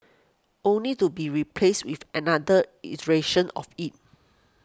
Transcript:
only to be replaced with another iteration of it